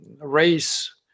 race